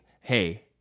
hey